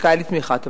זכאי לתמיכת המדינה.